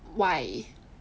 why